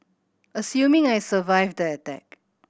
assuming I survived the attack